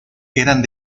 eran